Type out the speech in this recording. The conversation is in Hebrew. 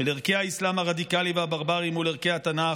של ערכי האסלאם הרדיקלי והברברי מול ערכי התנ"ך.